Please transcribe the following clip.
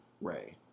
Ray